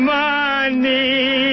money